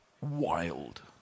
wild